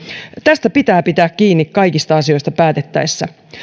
tästä pitää pitää kiinni kaikista asioista päätettäessä